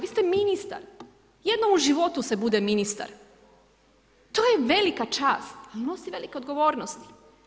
Vi ste ministar, jednom u životu se bude ministar, to je velika čast, nosi velike odgovornosti.